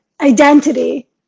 identity